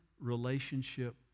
relationship